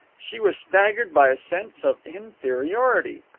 she was staggered by a sense of inferiority.